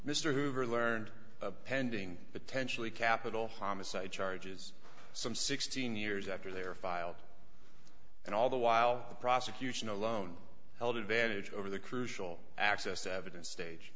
mr hoover learned pending potentially capital homicide charges some sixteen years after they were filed and all the while the prosecution alone held advantage over the crucial access evidence stage